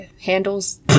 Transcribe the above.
handles